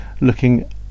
looking